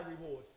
reward